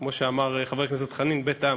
כמו שאמר חבר הכנסת חנין: בית העם.